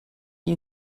you